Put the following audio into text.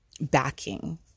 backing